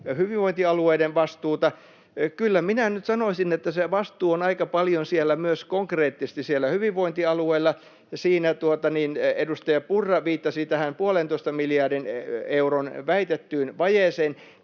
hyvinvointialueiden vastuusta. Kyllä minä nyt sanoisin, että se vastuu on aika paljon myös konkreettisesti siellä hyvinvointialueilla, ja siinä edustaja Purra viittasi tähän puolentoista miljardin euron väitettyyn vajeeseen.